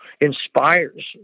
inspires